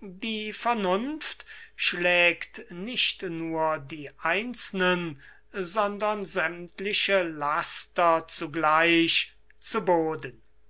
die vernunft schlägt nicht nur die einzelnen sondern sämmtliche laster zugleich zu boden